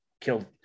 killed